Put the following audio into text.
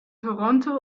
toronto